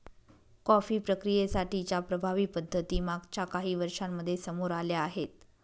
coffee प्रक्रियेसाठी च्या प्रभावी पद्धती मागच्या काही वर्षांमध्ये समोर आल्या आहेत